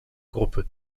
gruppe